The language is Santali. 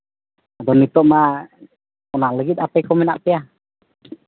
ᱟᱫᱚ ᱱᱤᱛᱚᱜ ᱢᱟ ᱚᱱᱟ ᱞᱟᱹᱜᱤᱫ ᱟᱯᱮ ᱠᱚ ᱢᱮᱱᱟᱜ ᱯᱮᱭᱟ